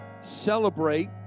celebrate